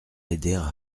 l’aider